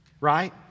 Right